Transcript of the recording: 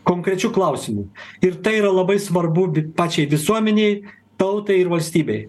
konkrečiu klausimu ir tai yra labai svarbu pačiai visuomenei tautai ir valstybei